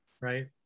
right